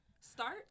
Start